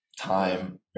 time